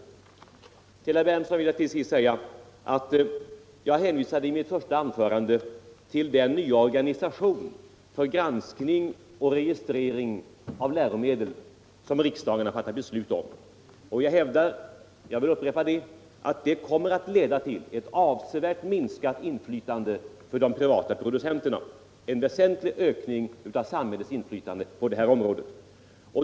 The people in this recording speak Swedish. Till herr Berndtson vill jag säga följande. Jag hänvisade i mitt första anförande till den nya organisation för granskning och registrering av läromedel som riksdagen har fattat beslut om. Jag upprepar att detta kommer att leda till ett avsevärt minskat inflytande för de privata producenterna och till en väsentlig ökning av samhällets inflytande på detta område.